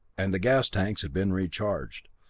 and the gas tanks had been recharged.